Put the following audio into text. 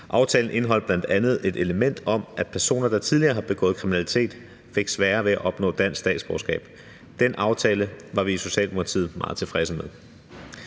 Aftalen indeholdt bl.a. et element om, at personer, der tidligere har begået kriminalitet, fik sværere ved at opnå dansk statsborgerskab. Den aftale var vi i Socialdemokratiet meget tilfredse med.